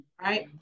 right